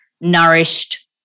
nourished